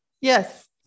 Yes